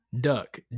Duck